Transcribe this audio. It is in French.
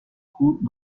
coup